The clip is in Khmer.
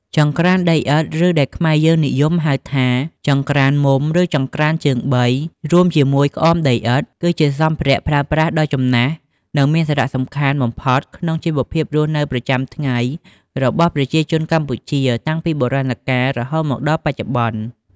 ចង្ក្រានដីឥដ្ឋ ឬដែលខ្មែរយើងនិយមហៅថា ចង្ក្រានមុំ ឬ ចង្ក្រានជើងបី រួមជាមួយ ក្អមដីឥដ្ឋ គឺជាសម្ភារៈប្រើប្រាស់ដ៏ចំណាស់ និងមានសារៈសំខាន់បំផុតក្នុងជីវភាពរស់នៅប្រចាំថ្ងៃរបស់ប្រជាជនកម្ពុជា តាំងពីបុរាណកាលរហូតមកដល់បច្ចុប្បន្ន។